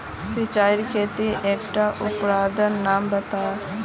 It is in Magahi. सिंचाईर केते एकटा उपकरनेर नाम बता?